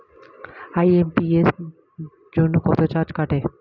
IMPS জন্য কত charge কাটে?